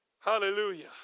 Hallelujah